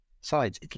sides